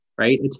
right